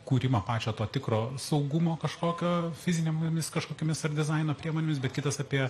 kūrimą pačio to tikro saugumo kažkokio fizininėmis kažkokiomis ar dizaino priemonėmis bet kitas apie